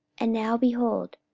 and now, behold,